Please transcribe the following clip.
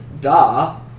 Da